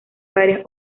varias